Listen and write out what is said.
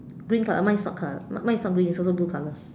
green color uh mine is not color mine mine is not green it's also blue color